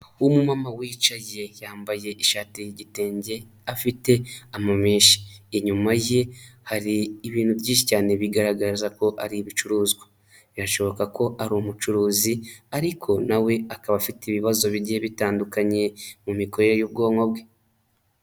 Umumama wicaye yambaye ishati y'igitenge afite amamenshi, inyuma ye hari ibintu byinshi cyane bigaragaza ko ari ibicuruzwa, birashoboka ko ari umucuruzi ariko nawe akaba afite ibibazo bigiye bitandukanye mu mikorere y'ubwonko bwe.